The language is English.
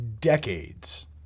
decades